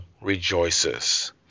rejoices